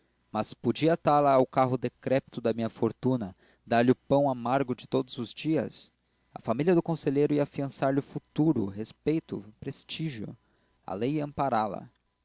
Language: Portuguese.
mas podia atá la ao carro decrépito da minha fortuna dar-lhe o pão amargo de todos os dias a família do conselheiro ia afiançar lhe futuro respeito prestígio a lei ia ampará la